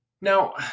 Now